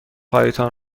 هایتان